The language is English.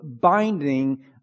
binding